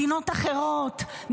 מדינות אחרות,